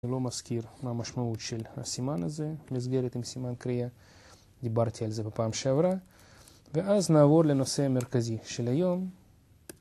אני לא מזכיר מה המשמעות של הסימן הזה, מסגרת עם סימן קריאה, דיברתי על זה בפעם שעברה. ואז נעבור לנושא המרכזי של היום.